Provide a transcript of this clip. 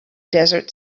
desert